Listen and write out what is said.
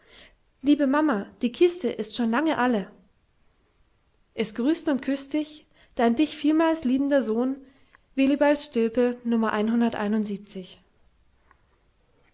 liebe mama die kiste ist schon lange alle es grüßt und küßt dich dein dich vielmals liebender sohn willibald stilpe